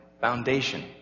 foundation